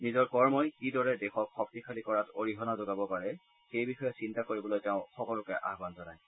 নিজৰ কৰ্মই কিদৰে দেশক শক্তিশালী কৰাত অৰিহণা যোগাব পাৰে সেই বিষয়ে চিন্তা কৰিবলৈ তেওঁ সকলোকে আয়ান জনাইছে